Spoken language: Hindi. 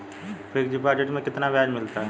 फिक्स डिपॉजिट में कितना ब्याज मिलता है?